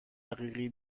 حقیقی